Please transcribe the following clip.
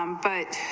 um but